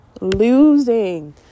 losing